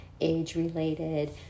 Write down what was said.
age-related